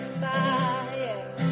fire